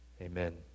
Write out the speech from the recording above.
Amen